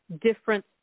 different